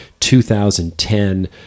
2010